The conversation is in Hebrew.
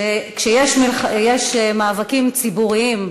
שכשיש מאבקים ציבוריים,